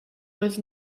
was